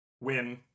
Win